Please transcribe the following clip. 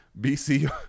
BC